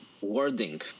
wording